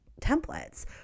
templates